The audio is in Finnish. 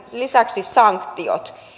sen lisäksi sanktiot